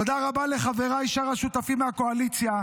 תודה רבה לחבריי שאר השותפים מהקואליציה.